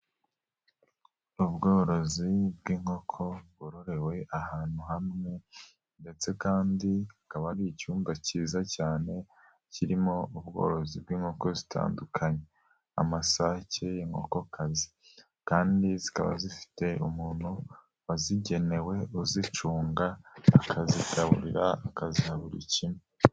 Ubworozi bw'inkoko bwororewe ahantu hamwe ndetse kandi akaba ari icyumba cyiza cyane kirimo ubworozi bw'inkoko zitandukanye amasake, inkokokazi kandi zikaba zifite umuntu wazigenewe uzicunga akazigaburira akazi buri kimwe.